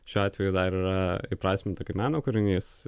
šiuo atveju dar yra įprasminta kaip meno kūrinys